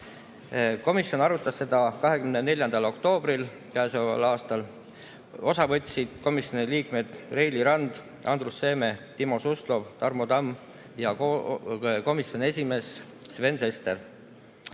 Komisjon arutas seda 24. oktoobril käesoleval aastal. Osa võtsid komisjoni liikmed Reili Rand, Andrus Seeme, Timo Suslov, Tarmo Tamm ja komisjoni esimees Sven Sester.